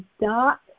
dark